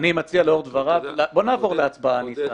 אני מציע לאור דבריו בואו נעבור להצבעה, ניסן.